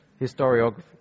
Historiography